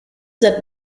that